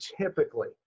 typically